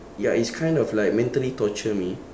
ya it's kind of like mentally torture me